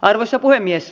arvoisa puhemies